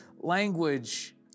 language